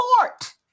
Court